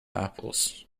apples